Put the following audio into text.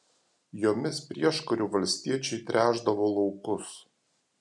jomis prieškariu valstiečiai tręšdavo laukus